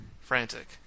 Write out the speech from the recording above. Frantic